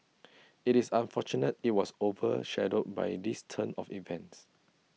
IT is unfortunate IT was over shadowed by this turn of events